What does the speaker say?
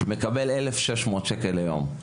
מקבל 1,600 שקלים ליום עבודה.